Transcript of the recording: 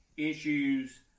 issues